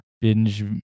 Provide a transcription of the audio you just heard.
binge